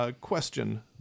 Question